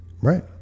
Right